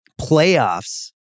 playoffs